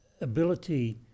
ability